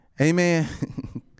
Amen